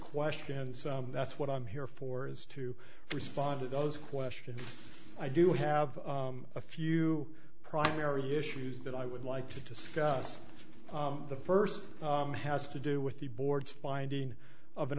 questions that's what i'm here for is to respond to those questions i do have a few primary issues that i would like to discuss the first has to do with the board's finding of an